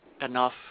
enough